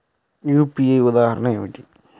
UPI ఉదాహరణ ఏమిటి?